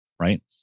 right